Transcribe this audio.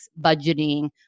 budgeting